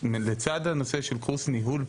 לבקרות סדורות